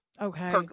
okay